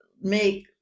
make